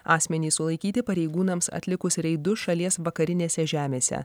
asmenys sulaikyti pareigūnams atlikus reidus šalies vakarinėse žemėse